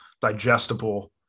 digestible